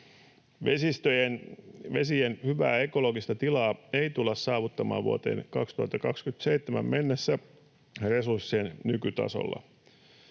Vesien hyvää ekologista tilaa ei tulla saavuttamaan vuoteen 2027 mennessä resurssien nykytasolla.